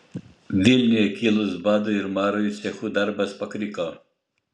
vilniuje kilus badui ir marui cechų darbas pakriko